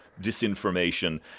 disinformation